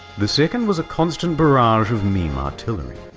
the second was a constant barrage of meme artillery.